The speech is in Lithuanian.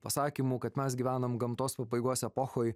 pasakymu kad mes gyvenam gamtos pabaigos epochoj